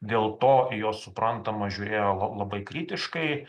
dėl to jo suprantama žiūrėjo la labai kritiškai